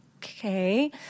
Okay